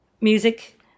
music